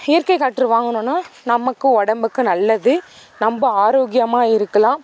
இயற்கை காற்று வாங்கினோன்னா நமக்கும் உடம்புக்கு நல்லது நம்ம ஆரோக்கியமாக இருக்கலாம்